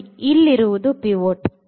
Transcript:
ನೋಡಿ ಇಲ್ಲಿರುವುದು ಪಿವೋಟ್